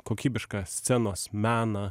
kokybišką scenos meną